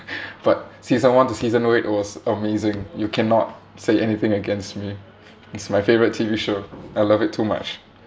but season one to season eight was amazing you cannot say anything against me it's my favourite T_V show I love it too much